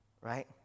right